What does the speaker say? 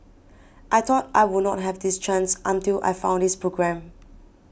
I thought I would not have this chance until I found this programme